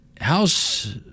House